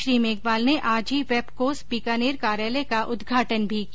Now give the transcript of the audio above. श्री मेघवाल ने आज ही वेपकोस बीकानेर कार्यालय का उद्घाटन भी किया